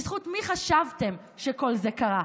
בזכות מי חשבתם שכל זה קרה,